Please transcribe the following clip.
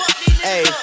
hey